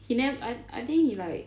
he nev~ I I think he like